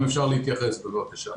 אם אפשר להתייחס, בבקשה.